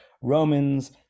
romans